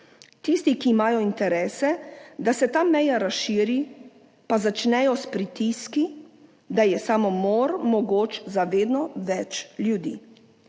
Tisti, ki imajo interese, da se ta meja razširi, pa začnejo s pritiski, da je samomor mogoč za vedno več ljudi.